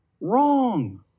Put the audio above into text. Wrong